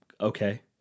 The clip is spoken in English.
Okay